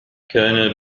كان